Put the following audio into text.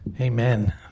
Amen